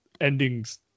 endings